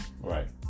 right